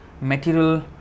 material